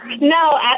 No